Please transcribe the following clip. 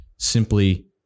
simply